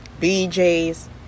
BJ's